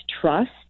trust